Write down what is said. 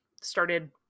started